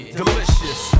delicious